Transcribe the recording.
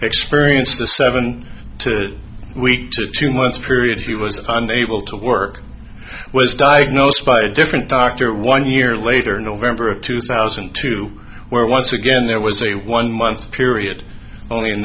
experienced a seven week to two month period he was under able to work was diagnosed by a different doctor one year later in november of two thousand and two where once again there was a one month period only in